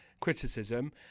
criticism